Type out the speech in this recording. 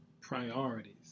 priorities